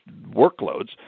workloads